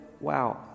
wow